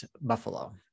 Buffalo